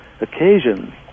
occasions